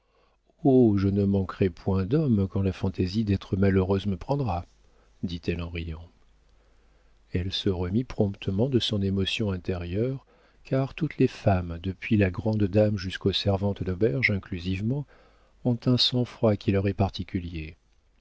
oh je ne manquerai point d'hommes quand la fantaisie d'être malheureuse me prendra dit-elle en riant elle se remit promptement de son émotion intérieure car toutes les femmes depuis la grande dame jusqu'aux servantes d'auberge inclusivement ont un sang-froid qui leur est particulier